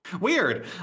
Weird